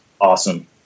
awesome